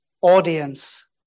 audience